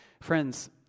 Friends